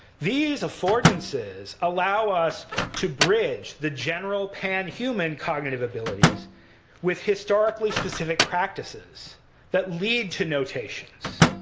these affordances allow us to bridge the general pan-human cognitive abilities with historically specific practices that lead to notations.